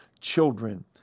children